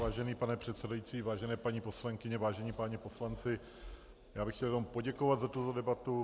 Vážený pane předsedající, vážené paní poslankyně, vážení páni poslanci, chtěl bych jenom poděkovat za tuto debatu.